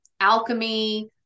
alchemy